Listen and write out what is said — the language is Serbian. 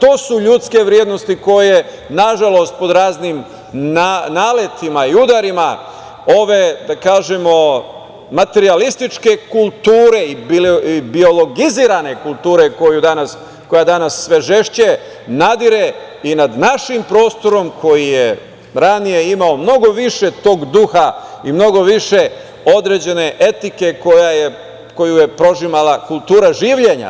To su ljudske vrednosti koje nažalost pod raznim naletima i udarima ove, da kažemo, materijalističke kulture i biologizirane kulture koja danas sve žešće nadire i nad našim prostorom koji je ranije imao mnogo više tog duha i mnogo više određene etika koju je prožimala kultura življenja.